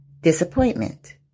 disappointment